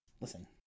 Listen